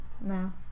No